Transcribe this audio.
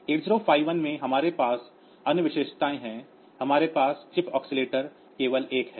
8051 में हमारे पास अन्य विशेषताएं हैं हमारे पास चिप ऑसिलेटर केवल एक है